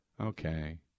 Okay